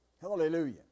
Hallelujah